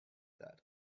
that